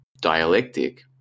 dialectic